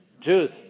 Jews